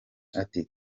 ati